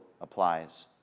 applies